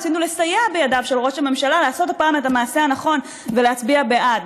רצינו לסייע בידיו של ראש ממשלה לעשות הפעם את המעשה הנכון ולהצביע בעד.